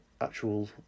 actual